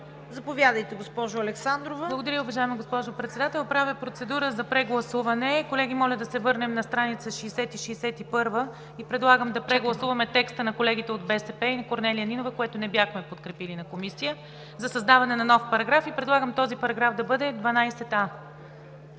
Заповядайте, госпожо Александрова.